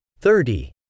thirty